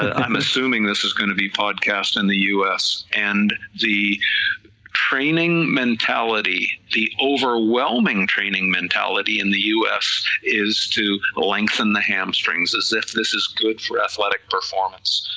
ah i'm assuming this is going to be podcast in the us, and the training mentality, the overwhelming training mentality in the us is to lengthen the hamstrings, as if this is good for athletic performance,